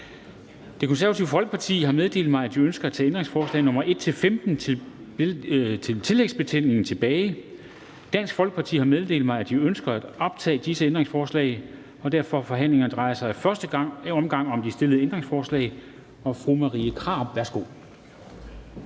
Det Konservative Folkeparti har meddelt mig, at de ønsker at tage ændringsforslag nr. 1-15 i tillægsbetænkningen tilbage. Dansk Folkeparti har meddelt mig, at de ønsker at optage disse ændringsforslag. Forhandlingen drejer sig i første omgang om de stillede ændringsforslag. Fru Marie Krarup, værsgo.